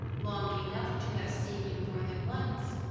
long enough to have seen you more than once.